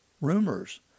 rumors